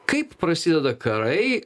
kaip prasideda karai